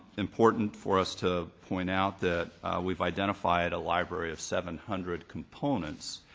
important for us to point out that we've identified a library of seven hundred components.